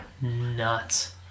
nuts